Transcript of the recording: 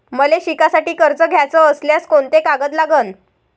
मले शिकासाठी कर्ज घ्याचं असल्यास कोंते कागद लागन?